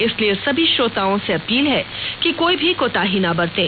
इसलिए समी श्रोताओं से अपील है कि कोई भी कोताही ना बरतें